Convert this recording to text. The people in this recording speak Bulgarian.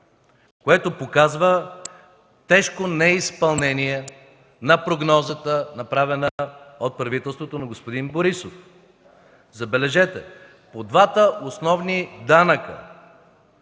които показват тежко неизпълнение на прогнозата, направена от правителството на господин Борисов. Забележете – от двата основни данъка,